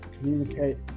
communicate